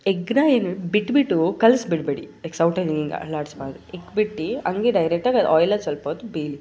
ಎಗ್ಗನ್ನ ಬಿಟ್ಟುಬಿಟ್ಟು ಕಲಸ್ಬಿಡ್ಬೇಡಿ ಸೌಟಲ್ಲಿ ಹೀಗ್ ಅಲ್ಲಾಡಿಸ್ಬಾರ್ದು ಎಗ್ ಬಿಟ್ಟು ಹಾಗೇ ಡೈರೆಕ್ಟಾಗಿ ಅದು ಆಯ್ಲಲ್ಲಿ ಸ್ವಲ್ಪ ಹೊತ್ತು ಬೇಯಲಿ